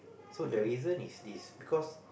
so the reason is is because